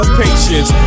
patience